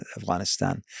Afghanistan